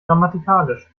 grammatikalisch